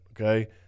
okay